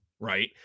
Right